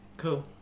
Cool